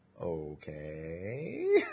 okay